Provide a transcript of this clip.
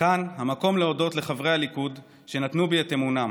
כאן המקום להודות לחברי הליכוד שנתנו בי את אמונם.